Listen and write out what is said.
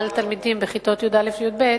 גם על תלמידים בכיתות י"א י"ב,